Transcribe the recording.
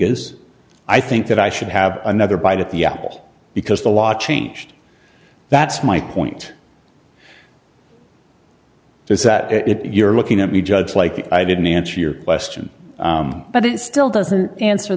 domingo's i think that i should have another bite at the apple because the law changed that's my point is that if you're looking at me judge like i didn't answer your question but it still doesn't answer